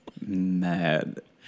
Mad